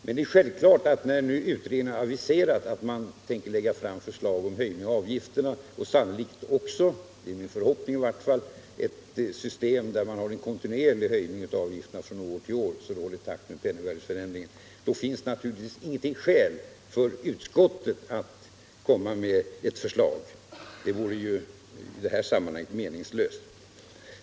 Men när nu utredningen aviserat att man tänker lägga fram förslag om höjning av avgifterna och sannolikt också — det är min förhoppning i varje fall — om ett system med en kontinuerlig höjning av avgifterna från år till år, så att man håller jämna steg med penningvärdeförsämringen, finns det naturligtvis inget skäl för utskottet att komma med ett förslag. Det vore ju meningslöst i det här sammanhanget.